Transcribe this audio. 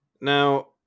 Now